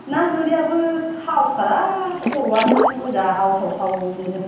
ना गोरियाबो थावथारा खर'आनो सु गोजा आवसाव सावनो